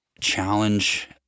challenge